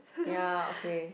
ya okay